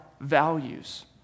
values